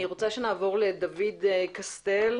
אני רוצה שנעבור לדוד קסטל,